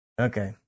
Okay